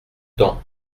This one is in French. temps